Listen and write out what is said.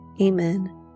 Amen